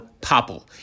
Popple